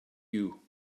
you